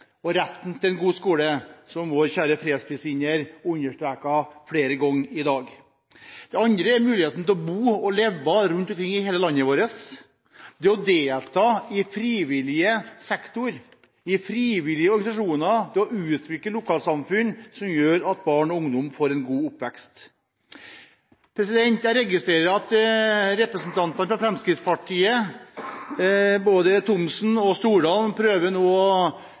og retten til en god skole, som vår kjære fredsprisvinner understreket flere ganger i dag. Det andre er muligheten til å bo og leve rundt omkring i hele landet vårt. Det er å delta i frivillig sektor, de frivillige organisasjonene og å utvikle lokalsamfunn som gjør at barn og ungdom får en god oppvekst. Jeg registrerer at representanter for Fremskrittspartiet, både Thomsen og Stordalen, prøver å